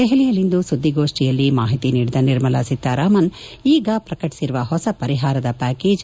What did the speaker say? ದೆಪಲಿಯಲ್ಲಿಂದು ಸುದ್ಲಿಗೋಷ್ಟಿಯಲ್ಲಿ ಮಾಹಿತಿ ನೀಡಿದ ನಿರ್ಮಲಾ ಸೀತಾರಾಮನ್ ಅವರು ಈಗ ಪ್ರಕಟಿಸಿರುವ ಹೊಸ ಪರಿಪಾರದ ಪ್ಲಾಕೇಜ್